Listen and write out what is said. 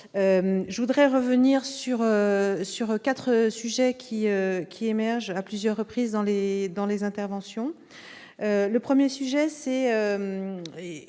Je voudrais revenir sur quatre sujets qui ont été évoqués à plusieurs reprises dans les interventions. Le premier sujet concerne